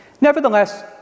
Nevertheless